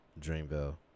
dreamville